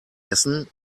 essen